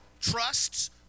trusts